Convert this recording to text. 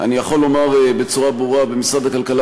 אני יכול לומר בצורה ברורה: במשרד הכלכלה